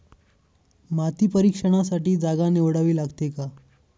माती परीक्षणासाठी जागा निवडावी लागते का?